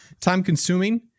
time-consuming